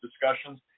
discussions